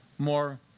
More